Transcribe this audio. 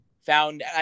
found